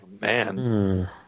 Man